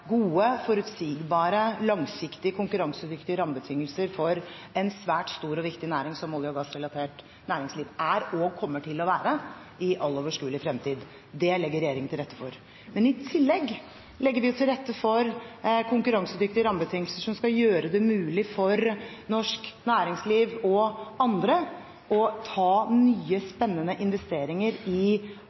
gode, forutsigbare, langsiktige, konkurransedyktige rammebetingelser for en svært stor og viktig næring som olje- og gassrelatert næringsliv er og kommer til å være i all overskuelig fremtid. Det legger regjeringen til rette for. Men i tillegg legger vi til rette for konkurransedyktige rammebetingelser som skal gjøre det mulig for norsk næringsliv og andre å gjøre nye, spennende investeringer i